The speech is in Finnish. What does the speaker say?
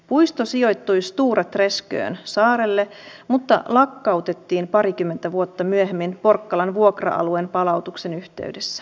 puisto sijoittui stora träskön saarelle mutta lakkautettiin parikymmentä vuotta myöhemmin porkkalan vuokra alueen palautuksen yhteydessä